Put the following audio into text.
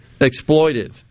exploited